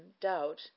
doubt